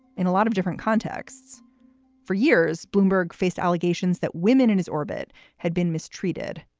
in a lot of different contexts for years, bloomberg faced allegations that women in his orbit had been mistreated.